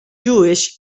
jewish